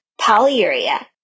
polyuria